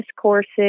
courses